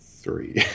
three